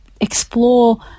explore